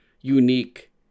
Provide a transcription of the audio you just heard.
unique